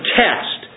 test